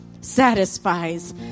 satisfies